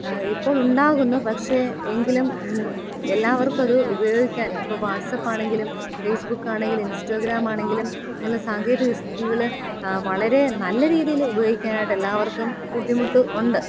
ഇപ്പോൾ ഉണ്ടാകുന്നു പക്ഷേ എങ്കിലും എല്ലാവർക്കും അത് ഉപയോഗിക്കാൻ ഇപ്പ വാട്സപ്പ് ആണെങ്കിലും ഫേസ്ബുക്ക് ആണെങ്കിലും ഇൻസ്റ്റാഗ്രാാം ആണെങ്കിലും ഇങ്ങനെയുള്ള സാങ്കേതിക വിദ്യകൾ വളരെ നല്ല രീതിയിൽ ഉപയോഗിക്കാനായിട്ട് എല്ലാവർക്കും ബുദ്ധിമുട്ട് ഉണ്ട്